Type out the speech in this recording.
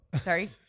sorry